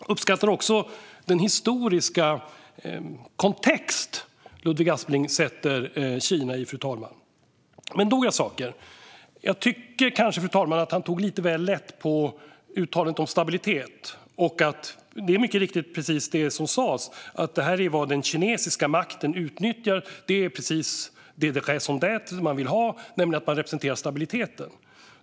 Jag uppskattar den historiska kontext som Ludvig Aspling sätter Kina i, fru talman. Men jag tycker kanske att han tog lite väl lätt på uttalandet om stabilitet. Det är mycket riktigt så som Statsrådet Annika Strandhäll , att den kinesiska makten utnyttjar detta. Det här är det raison d'être man vill ha, det vill säga att man representerar stabiliteten.